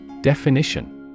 Definition